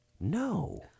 No